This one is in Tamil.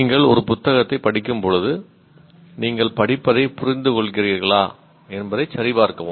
நீங்கள் ஒரு புத்தகத்தைப் படிக்கும்போது நீங்கள் படிப்பதைப் புரிந்துகொள்கிறீர்களா என்பதைச் சரிபார்க்கவும்